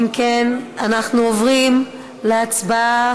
אם כן, אנחנו עוברים להצבעה.